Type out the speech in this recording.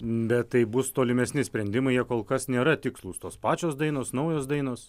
bet tai bus tolimesni sprendimai jie kol kas nėra tikslūs tos pačios dainos naujos dainos